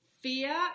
fear